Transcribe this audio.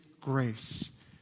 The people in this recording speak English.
grace